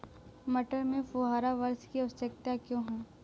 मटर में फुहारा वर्षा की आवश्यकता क्यो है?